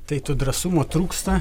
tai to drąsumo trūksta